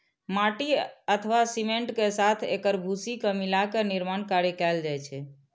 माटि अथवा सीमेंट के साथ एकर भूसी के मिलाके निर्माण कार्य कैल जाइ छै